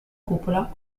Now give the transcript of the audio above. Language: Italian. cupola